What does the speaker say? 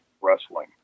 wrestling